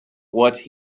what